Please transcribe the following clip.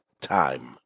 time